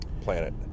planet